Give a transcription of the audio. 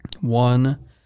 one